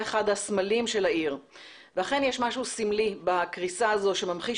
אחד הסמלים של העיר ואכן יש משהו סמלי בקריסה הזאת שממחיש